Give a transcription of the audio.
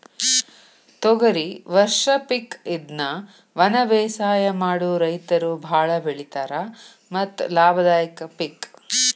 ತೊಗರಿ ವರ್ಷ ಪಿಕ್ ಇದ್ನಾ ವನಬೇಸಾಯ ಮಾಡು ರೈತರು ಬಾಳ ಬೆಳಿತಾರ ಮತ್ತ ಲಾಭದಾಯಕ ಪಿಕ್